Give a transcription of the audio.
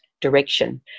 direction